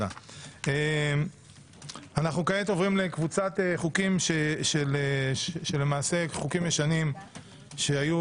כעת אנחנו עוברים לקבוצת חוקים שהם חוקים ישנים שהיו,